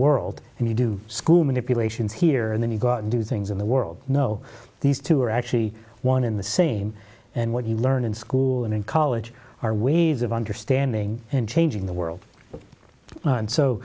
world and you do school manipulations here and then you go out and do things in the world know these two are actually one in the same and what you learn in school and in college are waves of understanding and changing the world